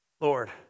Lord